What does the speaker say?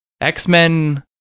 X-Men